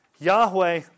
Yahweh